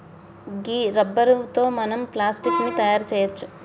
గీ rubber తో మనం plastic ని తయారు చేయవచ్చు